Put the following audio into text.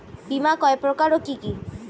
বীমা কয় প্রকার কি কি?